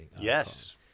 Yes